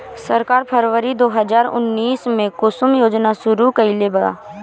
सरकार फ़रवरी दो हज़ार उन्नीस में कुसुम योजना शुरू कईलेबा